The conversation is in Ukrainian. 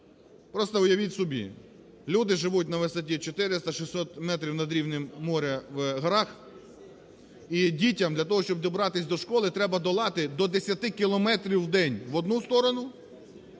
Просто уявіть собі, люди живуть на висоті 400-600 метрів над рівнем морем в горах, і дітям для того, щоб добратися до школи, треба долати до 10 кілометрів в день в одну сторону